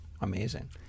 amazing